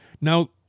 Now